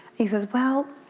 he says well,